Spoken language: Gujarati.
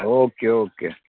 okay okay